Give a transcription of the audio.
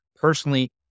personally